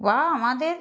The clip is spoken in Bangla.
বা আমাদের